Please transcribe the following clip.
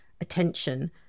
attention